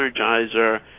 Energizer